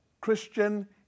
Christian